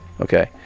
okay